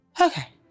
Okay